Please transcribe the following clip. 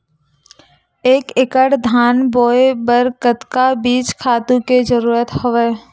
एक एकड़ धान बोय बर कतका बीज खातु के जरूरत हवय?